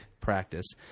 practice